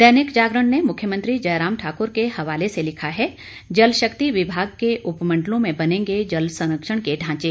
दैनिक जागरण ने मुख्यमंत्री जयराम ठाकुर के हवाले से लिखा है जलशक्ति विभाग के उपमंडलों में बनेंगे जल संरक्षण के ढांचे